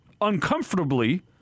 uncomfortably